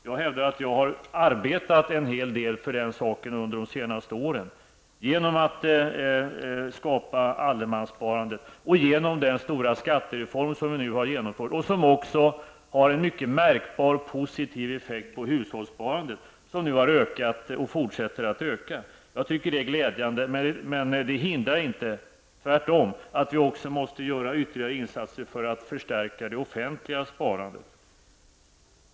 Jag hävdar att jag har arbetat en hel del för den saken under de senaste åren, genom att skapa allemanssparandet och genom den stora skattereform som vi nu har genomfört. Denna har även en mycket märkbar positiv effekt på hushållssparandet, som nu har ökat och fortsätter att öka. Det är glädjande, men det hindrar inte -- tvärtom -- att vi också måste göra ytterligare insatser för att förstärka det offentliga sparandet.